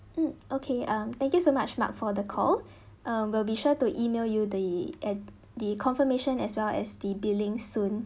mm okay um thank you so much mark for the call uh we'll be sure to email you the uh the confirmation as well as the billing soon